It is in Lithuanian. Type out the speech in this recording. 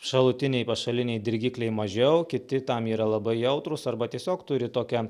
šalutiniai pašaliniai dirgikliai mažiau kiti tam yra labai jautrūs arba tiesiog turi tokią